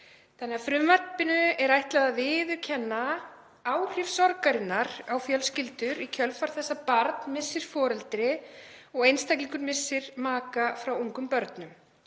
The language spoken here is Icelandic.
stendur. Frumvarpinu er því ætlað að viðurkenna áhrif sorgar á fjölskyldur í kjölfar þess að barn missir foreldri og einstaklingur missir maka frá ungum börnum.